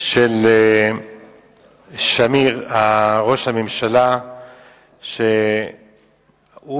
של ראש הממשלה שמיר,